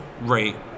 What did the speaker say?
right